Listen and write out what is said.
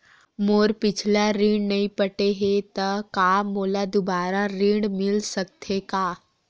मोर पिछला ऋण नइ पटे हे त का मोला दुबारा ऋण मिल सकथे का?